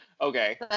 Okay